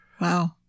Wow